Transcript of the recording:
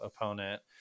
opponent